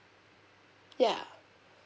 ya